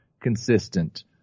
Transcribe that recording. consistent